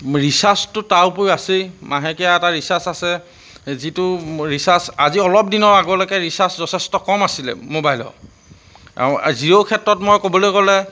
ৰিচাৰ্জটো তাৰ উপৰিও আছেই মাহেকীয়া এটা ৰিচাৰ্জ আছে যিটো ৰিচাৰ্জ আজি অলপ দিনৰ আগলৈকে ৰিচাৰ্জ যথেষ্ট কম আছিলে মোবাইলৰ আৰু জিঅ' ক্ষেত্ৰত মই ক'বলৈ গ'লে